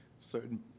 certain